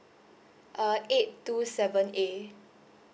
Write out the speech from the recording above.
uh eight two seven A